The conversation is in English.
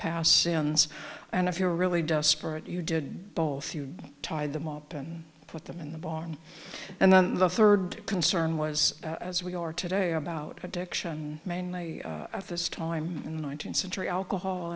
past sins and if you're really desperate you did both you tied them up and put them in the barn and then the third concern was as we are today about addiction mainly at this time in the nineteenth century alcohol